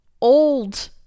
old